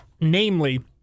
Namely